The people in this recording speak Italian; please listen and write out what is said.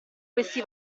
questi